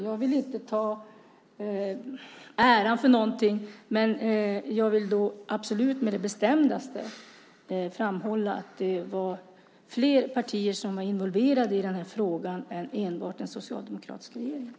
Jag vill inte ta åt mig äran för något, men jag vill absolut och bestämt framhålla att det var fler partier som var involverade i den här frågan än enbart den socialdemokratiska regeringen.